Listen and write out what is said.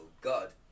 God